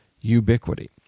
Ubiquity